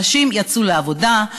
אנשים יצאו לעבודה,